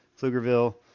Pflugerville